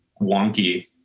wonky